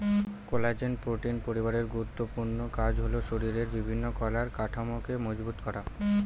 collagen protein পরিবারের গুরুত্বপূর্ণ কাজ হল শরীরের বিভিন্ন কলার কাঠামোকে মজবুত করা